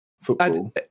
football